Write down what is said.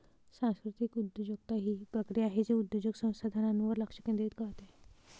सांस्कृतिक उद्योजकता ही एक प्रक्रिया आहे जे उद्योजक संसाधनांवर लक्ष केंद्रित करते